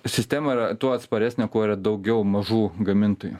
sistema yra tuo atsparesnė kuo yra daugiau mažų gamintojų